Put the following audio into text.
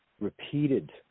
repeated